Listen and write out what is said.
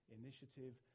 initiative